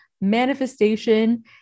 manifestation